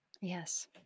yes